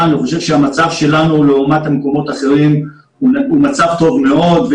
אני חושב שהמצב שלנו לעומת המקומות האחרים טוב מאוד.